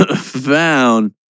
found